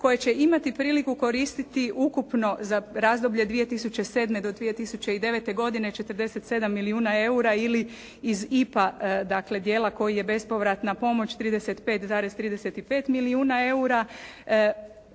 koje će imati priliku koristiti ukupno za razdoblje 2007. do 2009. godine 47 milijuna eura ili iz IPA dijela koji je bespovratna pomoć 35,35 milijuna eura.